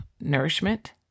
nourishment